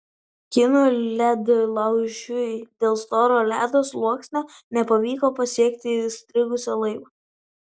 kinų ledlaužiui dėl storo ledo sluoksnio nepavyko pasiekti įstrigusio laivo